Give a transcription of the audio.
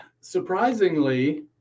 surprisingly